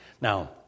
Now